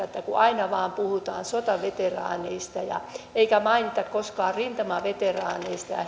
että kun aina vain puhutaan sotaveteraaneista eikä mainita koskaan rintamaveteraaneja